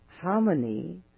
harmony